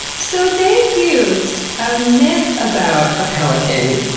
so, they used a myth about a pelican